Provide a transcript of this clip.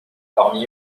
parmi